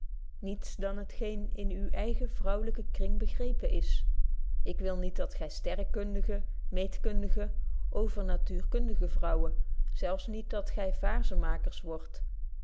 niets dan t geen in uwen eigen vrouwelyken kring begrepen is ik wil niet dat gy sterrekundige meetkundige overnatuurkundige vrouwen zelf niet dat gy vaerzenmaaksters wordt